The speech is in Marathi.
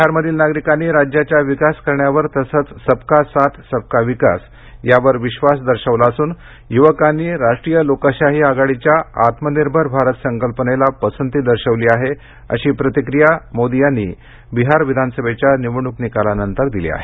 बिहारमधील नागरिकांनी राज्याच्या विकास करण्यावर तसंच सबका साथ सबका विकास यावर विश्वास दर्शवला असून युवकांनी राष्ट्रीय लोकशाही आघाडीच्या आत्मनिर्भर भारत संकल्पनेला पसंती दर्शवली आहे अशी प्रतिक्रिया पंतप्रधान नरेंद्र मोदी यांनी बिहार विधानसभेच्या निवडणूक निकालानंतर दिली आहे